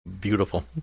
Beautiful